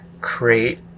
create